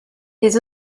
les